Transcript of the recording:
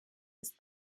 bis